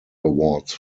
awards